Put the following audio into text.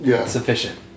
sufficient